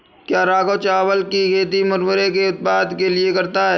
क्या राघव चावल की खेती मुरमुरे के उत्पाद के लिए करता है?